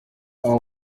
abo